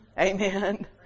Amen